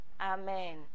Amen